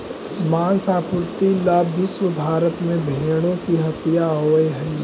माँस आपूर्ति ला विश्व भर में भेंड़ों की हत्या होवअ हई